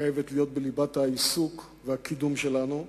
חייבת להיות בליבת העיסוק והקידום שלנו.